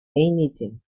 anything